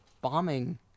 bombing